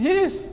Yes